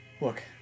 Look